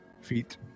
feet